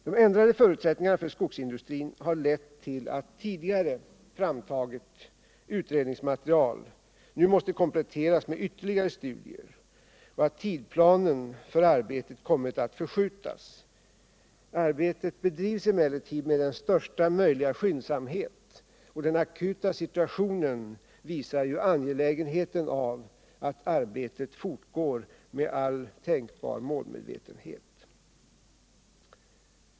De ändrade förutsättningarna för skogsindustrin har lett till att tidigare framtaget utredningsmaterial nu måste kompletteras med ytterligare studier och att tidplanen för arbetet kommit att förskjutas. Arbetet bedrivs emellertid med största möjliga skyndsamhet. Den akuta situationen visar angelägenheten av att arbetet fortgår med all tänkbar målmedvetenhet.